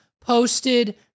posted